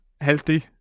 healthy